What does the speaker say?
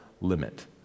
limit